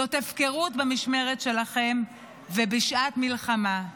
זאת הפקרות במשמרת שלכם, ובשעת מלחמה.